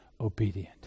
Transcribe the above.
obedient